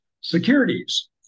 securities